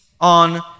on